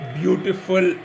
beautiful